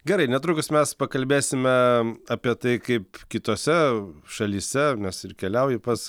gerai netrukus mes pakalbėsime apie tai kaip kitose šalyse nes ir keliauji pas